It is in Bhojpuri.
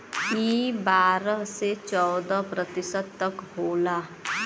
ई बारह से चौदह प्रतिशत तक होला